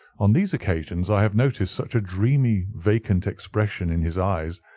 on these occasions i have noticed such a dreamy, vacant expression in his eyes,